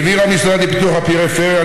העביר המשרד לפיתוח הפריפריה,